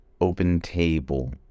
OpenTable